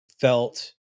felt